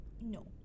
No